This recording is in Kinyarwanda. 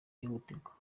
byihutirwa